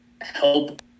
help